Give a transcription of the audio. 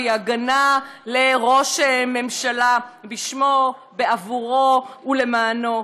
והיא הגנה לראש ממשלה, בשמו, בעבורו, ולמענו.